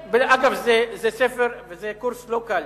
אגב, זה קורס לא קל.